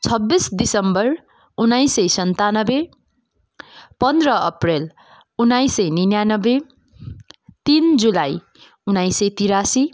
छब्बिस डिसेम्बर उन्नाइस सय सन्तानब्बे पन्ध्र अप्रिल उन्नाइस सय उनानब्बे तिन जुलाई उन्नाइस सय त्रियासी